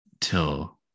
till